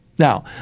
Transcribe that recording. Now